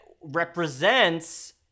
represents